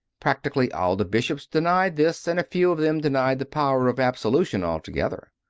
practically all the bishops denied this, and a few of them denied the power of absolution altogether.